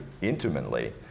intimately